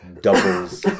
doubles